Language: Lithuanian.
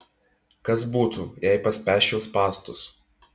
kas būtų jei paspęsčiau spąstus